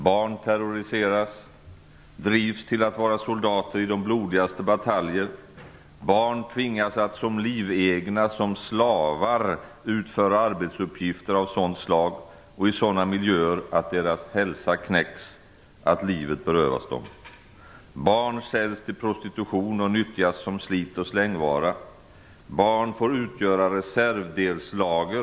Barn terroriseras, drivs till att vara soldater i de blodigaste bataljer. Barn tvingas att som livegna, som slavar utföra arbetsuppgifter av sådant slag och i sådana miljöer att deras hälsa knäcks och livet berövas dem. Barn säljs till prostitution och nyttjas som slit-och-släng-vara. Barn får utgöra reservdelslager.